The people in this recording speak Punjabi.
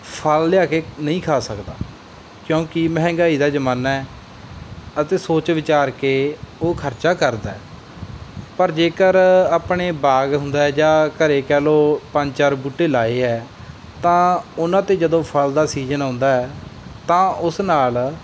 ਫਲ ਲਿਆ ਕੇ ਨਹੀਂ ਖਾ ਸਕਦਾ ਕਿਉਂਕਿ ਮਹਿੰਗਾਈ ਦਾ ਜ਼ਮਾਨਾ ਹੈ ਅਤੇ ਸੋਚ ਵਿਚਾਰ ਕੇ ਉਹ ਖਰਚਾ ਕਰਦਾ ਪਰ ਜੇਕਰ ਆਪਣੇ ਬਾਗ ਹੁੰਦਾ ਜਾਂ ਘਰ ਕਹਿ ਲਓ ਪੰਜ ਚਾਰ ਬੂਟੇ ਲਾਏ ਹੈ ਤਾਂ ਉਹਨਾਂ 'ਤੇ ਜਦੋਂ ਫਲ ਦਾ ਸੀਜ਼ਨ ਆਉਂਦਾ ਤਾਂ ਉਸ ਨਾਲ